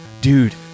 dude